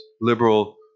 liberal